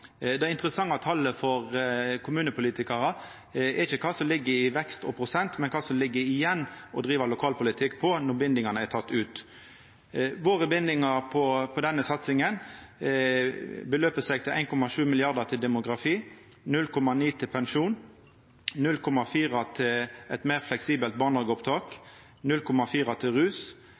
Det interessante talet for kommunepolitikarane er ikkje kva som ligg i vekst og prosent, men kva som ligg igjen å driva lokalpolitikk for når bindingane er tekne ut. Våre bindingar på denne satsinga utgjer 1,7 mrd. kr til demografi, 0,9 mrd. kr til pensjon, 0,4 mrd. kr til eit meir fleksibelt barnehageopptak, 0,4 mrd. kr til rus,